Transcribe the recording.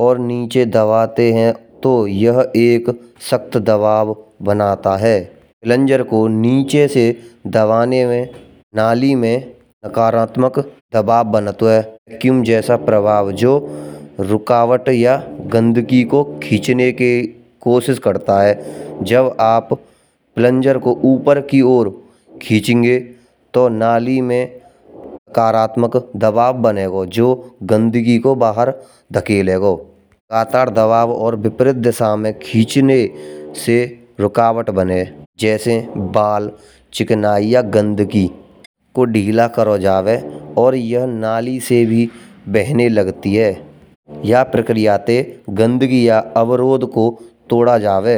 और नीचे दबाते हैं। तो यह एक मजबूत दबाव बनाता है। प्लांजर को नीचे से दबाए में नाले में आकारात्मक दबाव बनातो हैं। ज्यो किम जैसा प्रभाव जो रुकावट या गंदगी को खींचे के कोशिश करता है। जब आप प्लांजर को ऊपर की ओर खीचेंगे तो नाले में अक्रात्मक दवाब बनेगो। जो गंदगी को बाहर धकेलोगो। लगातार दबाव, और विपरीत दिशा में खींचने से रुकावट बने। जैसे बल चिकना या गंदगी को ढीला करो जावे। और यह नाले से भी बहाने लगती है। यह प्रक्रिया ते गंदगी या अवरोध को तोड़ा जावे।